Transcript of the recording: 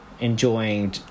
enjoying